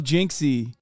Jinxie